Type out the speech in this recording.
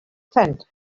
tent